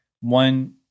one